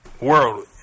world